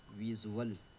visual